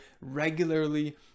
regularly